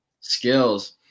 Skills